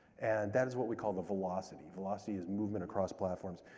and that is what we call the velocity. velocity is movement across platforms.